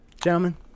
gentlemen